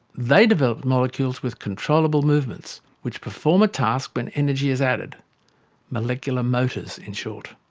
they developed molecules with controllable movements, which perform a task when energy is added molecular motors, in short.